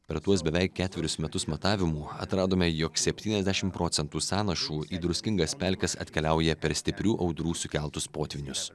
per tuos beveik ketverius metus matavimų atradome jog septyniasdešim procentų sąnašų į druskingas pelkes atkeliauja per stiprių audrų sukeltus potvynius